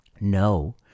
No